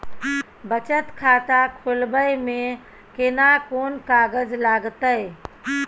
बचत खाता खोलबै में केना कोन कागज लागतै?